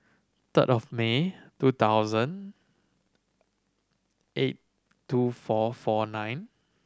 third of May two thousand eight two four four nine